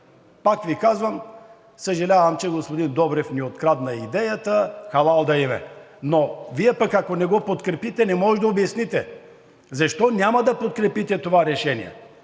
Пак Ви казвам, съжалявам, че господин Добрев ни открадна идеята – халал да им е, но Вие пък, ако не го подкрепите, не може да обясните защо няма да подкрепите това решение.